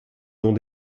dont